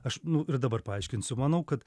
aš nu ir dabar paaiškinsiu manau kad